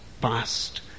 past